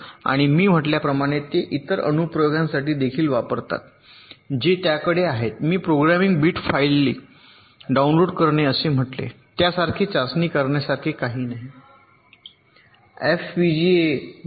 आणि मी म्हटल्याप्रमाणे ते इतर अनुप्रयोगांसाठी देखील वापरतात जे त्याकडे आहेत मी प्रोग्रामिंग बिट फायली डाउनलोड करणे असे म्हटले त्यासारखे चाचणी करण्यासारखे काही नाही एफपीजीए बोर्ड